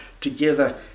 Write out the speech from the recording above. together